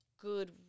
good